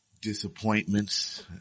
disappointments